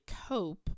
cope